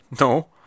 No